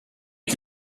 you